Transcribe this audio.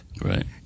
right